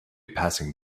passing